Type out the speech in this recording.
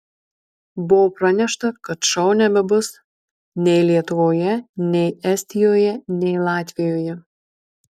buvo pranešta kad šou nebebus nei lietuvoje nei estijoje nei latvijoje